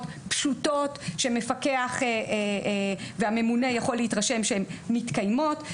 פשוטות שמפקח והממונה יכול להתרשם שהן מתקיימות.